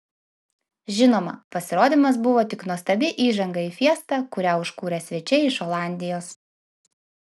žinoma pasirodymas buvo tik nuostabi įžanga į fiestą kurią užkūrė svečiai iš olandijos